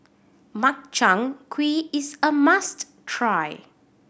Makchang Gui is a must try